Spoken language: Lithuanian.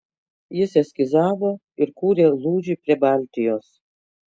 jis eskizavo ir kūrė lūžį prie baltijos